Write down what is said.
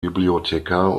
bibliothekar